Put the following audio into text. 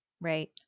Right